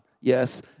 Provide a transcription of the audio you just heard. Yes